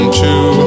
two